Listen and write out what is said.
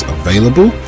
available